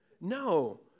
No